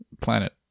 planet